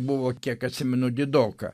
buvo kiek atsimenu didoka